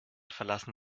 verlassen